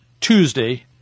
Tuesday